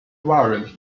variant